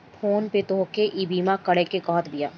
phone पे भी तोहके ईबीमा करेके कहत बिया